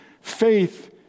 Faith